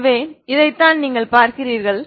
எனவே இதைத்தான் நீங்கள் பார்க்கிறீர்கள்